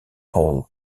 hall